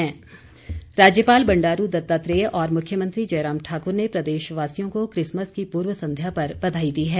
बधाई राज्यपाल बंडारू दत्तात्रेय और मुख्यमंत्री जयराम ठाकुर ने प्रदेशवासियों को क्रिसमस की पूर्व संध्या पर बधाई दी है